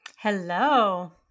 Hello